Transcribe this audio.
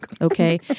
Okay